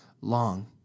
long